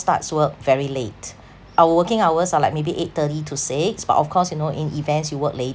starts work very late our working hours are like maybe eight thirty to six but of course you know in events you work late